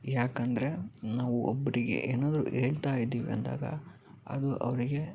ಯಾಕಂದರೆ ನಾವು ಒಬ್ಬರಿಗೆ ಏನಾದರೂ ಹೇಳ್ತಾ ಇದಿವಂದಾಗ ಅದು ಅವರಿಗೆ